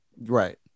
right